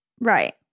Right